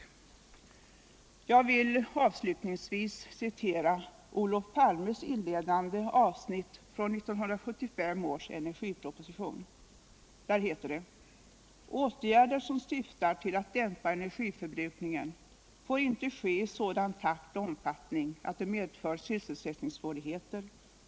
Jag vill avstutningsvis citera Olof Palmes inledande avsnitt från 1975 års cnergiproposition. Där heter det: ”Åtgärder som syftar till att dämpa energiförbrukningen —-—-=— får inte ske i sådan takt och omfattning att det medför sysselsättningssvårigheter.